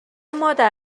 مادر